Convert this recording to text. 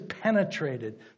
penetrated